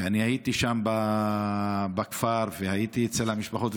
ואני הייתי שם בכפר והייתי אצל המשפחות.